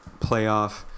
playoff